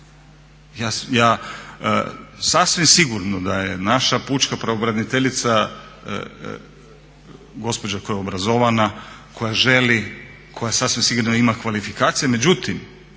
Ja sasvim sigurno da je naša pučka pravobraniteljica gospođa koja je obrazovana, koja želi, koja sasvim sigurno ima kvalifikacije, međutim